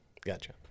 Gotcha